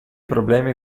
problemi